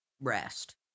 rest